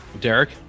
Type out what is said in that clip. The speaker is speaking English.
Derek